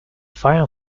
final